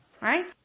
Right